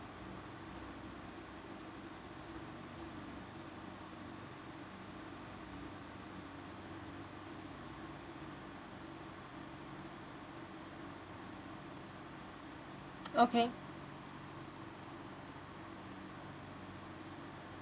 okay